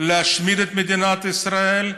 להשמיד את מדינת ישראל,